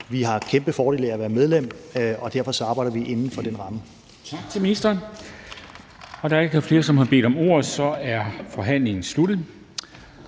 Vi har en kæmpe fordel af at være medlem, og derfor arbejder vi inden for den ramme.